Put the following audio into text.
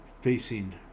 facing